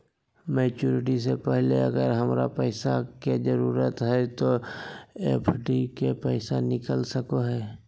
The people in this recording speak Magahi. मैच्यूरिटी से पहले अगर हमरा पैसा के जरूरत है तो एफडी के पैसा निकल सको है?